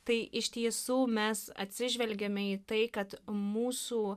tai iš tiesų mes atsižvelgiame į tai kad mūsų